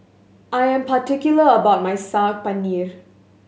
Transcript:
I am particular about my Saag Paneer